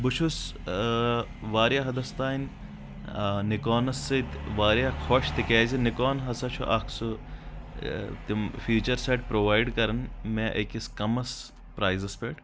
بہٕ چھُس واریاہ حدس تانۍ نِکونس سۭتۍ واریاہ خۄش تِکیٛازِ نِکون ہسا چھُ اکھ سُہ تِم فیٖچر سٮ۪ٹ پرووایڈ کران یِم مےٚ أکِس کمس پرایزس پٮ۪ٹھ